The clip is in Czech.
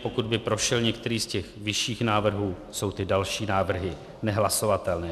Pokud by prošel některý z těch vyšších návrhů, jsou ty další návrhy nehlasovatelné.